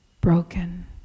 broken